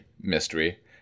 Mystery